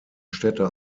städte